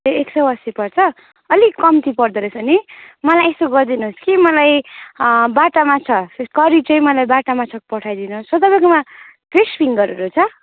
ए एक सय अस्सी पर्छ अलिक कम्ती पर्दोरहेछ नि मलाई यसो गरिदिनुहोस कि मलाई बाटा माछा फिस करी चाहिँ मलाई बाटा माछाको पठाइदिनुहोस हो तपाईँकोमा फिस फिङगरहरू छ